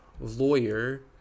lawyer